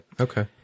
Okay